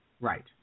Right